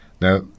now